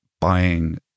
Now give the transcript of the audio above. buying